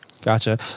Gotcha